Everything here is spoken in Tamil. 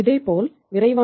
இதேபோல் விரைவான விகிதம் 1